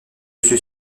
suis